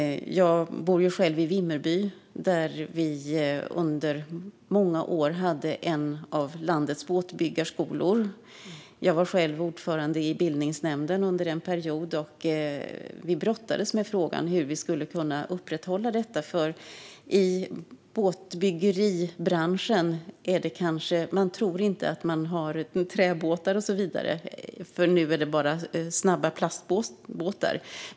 Jag bor själv i Vimmerby, och under många år hade vi en av landets båtbyggarskolor. Jag var ordförande i bildningsnämnden under en period, och vi brottades med frågan hur vi skulle kunna upprätthålla denna utbildning. Numera är det inte så mycket träbåtar, för det byggs mest snabba plastbåtar.